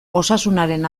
osasunaren